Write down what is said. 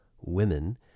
women